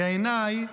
בעיניי,